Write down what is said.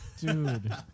dude